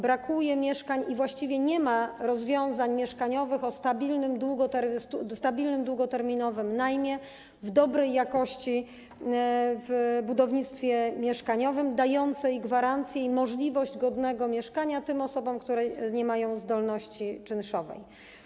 Brakuje mieszkań i właściwie nie ma rozwiązań mieszkaniowych, myślę o stabilnym, długoterminowym najmie, o dobrej jakości w budownictwie mieszkaniowym, dających gwarancję i możliwość godnego mieszkania tym osobom, które nie mają zdolności czynszowej.